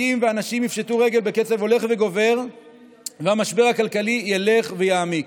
עסקים ואנשים יפשטו רגל בקצב הולך וגובר והמשבר הכלכלי ילך ויעמיק.